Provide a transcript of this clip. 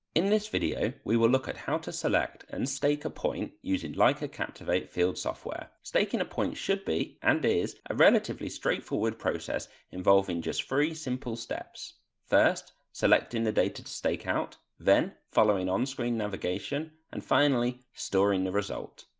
in this video we will look at how to select and stake a point using leica captivate field software. staking a point should be, and is, a relatively straightforward process involving just three simple steps. first selecting the data to stake out, then following on screen navigation and finally storing the result.